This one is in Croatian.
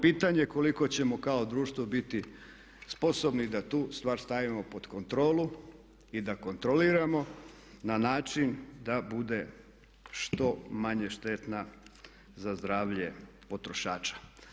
Pitanje je koliko ćemo kao društvo biti sposobni da tu stvar stavimo pod kontrolu i da kontroliramo na način da bude što manje štetna za zdravlje potrošača.